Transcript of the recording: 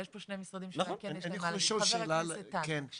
אני חושב שפחד מהווה איזה שהוא חסם מבנה בפני קדמה טכנולוגית.